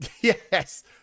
yes